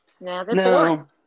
No